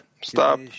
stop